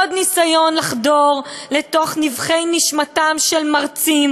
עוד ניסיון לחדור לתוך נבכי נשמתם של מרצים